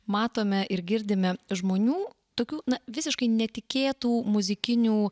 matome ir girdime žmonių tokių visiškai netikėtų muzikinių